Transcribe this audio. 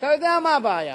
אתה יודע מה הבעיה: